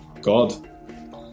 God